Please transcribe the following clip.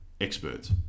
experts